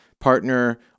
partner